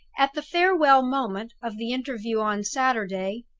at the farewell moment of the interview on saturday,